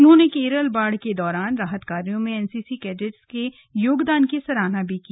उन्होंने केरल बाढ़ के दौरान राहत कार्यों में एनसीसी कैंडेटों के योगदान की सराहना की